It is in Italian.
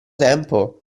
tempo